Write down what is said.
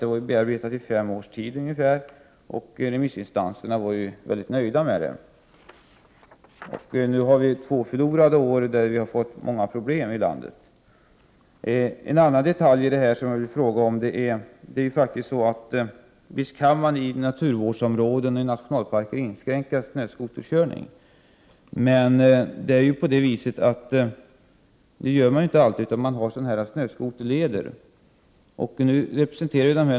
Man hade arbetat med det i ungefär fem års tid. Remissinstanserna var också mycket nöjda med det. Nu har vi två förlorade år bakom oss då vi fått många problem i landet. Jag vill också fråga om en annan detalj. Visst kan man i naturvårdsområden och nationalparker inskränka snöskoterkörningen. Men det gör man inte alltid, utan man har snöskoterleder.